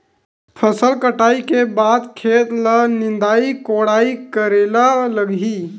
फसल कटाई के बाद खेत ल निंदाई कोडाई करेला लगही?